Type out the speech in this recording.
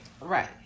Right